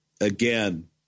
again